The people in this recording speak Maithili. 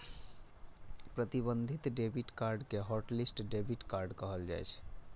प्रतिबंधित डेबिट कार्ड कें हॉटलिस्ट डेबिट कार्ड कहल जाइ छै